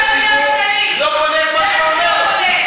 הציבור לא קונה את זה.